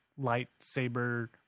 lightsaber